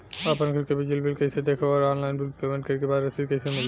आपन घर के बिजली बिल कईसे देखम् और ऑनलाइन बिल पेमेंट करे के बाद रसीद कईसे मिली?